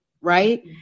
right